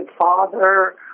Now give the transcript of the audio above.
father